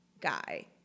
guy